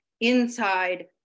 inside